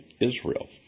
Israel